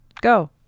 Go